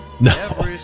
No